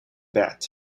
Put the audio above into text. bed